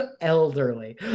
elderly